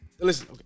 Listen